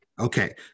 okay